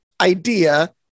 idea